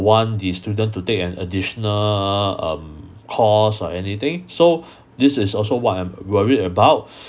want the student to take an additional um course or anything so this is also what I'm worried about